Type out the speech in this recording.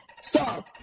Stop